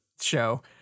show